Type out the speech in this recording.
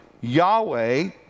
Yahweh